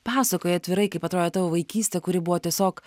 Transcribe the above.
pasakoji atvirai kaip atrodė tavo vaikystė kuri buvo tiesiog